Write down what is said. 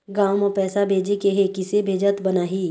गांव म पैसे भेजेके हे, किसे भेजत बनाहि?